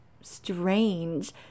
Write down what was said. strange